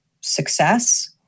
success